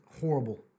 horrible